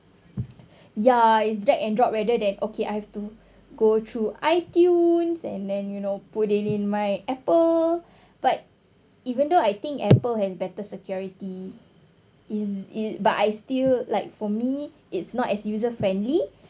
ya it's drag and drop rather than okay I have to go through I_tunes and then you know put it in my Apple but even though I think Apple has better security is it but I still like for me it's not as user friendly